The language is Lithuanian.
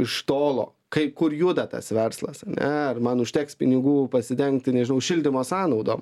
iš tolo kai kur juda tas verslas ane ar man užteks pinigų pasidengti nežinau šildymo sąnaudom